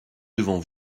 devant